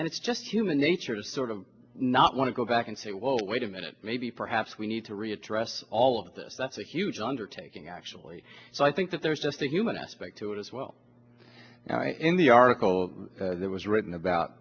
and it's just human nature to sort of not want to go back and say whoa wait a minute maybe perhaps we need to re address all of this that's a huge undertaking actually so i think that there's just a human aspect to it as well in the article that was written about